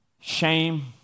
Shame